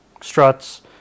struts